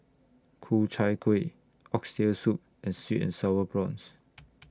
Ku Chai Kuih Oxtail Soup and Sweet and Sour Prawns